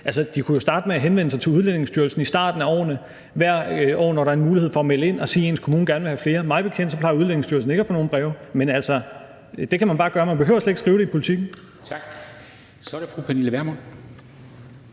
jo kunne starte med at henvende sig til Udlændingestyrelsen i starten af året hvert år, når der er en mulighed for at melde ind og sige, at ens kommune gerne vil have flere. Mig bekendt plejer Udlændingestyrelsen ikke at få nogen breve, men altså, det kan man bare gøre. Man behøver slet ikke at skrive det i Politiken.